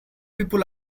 people